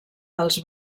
als